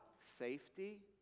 safety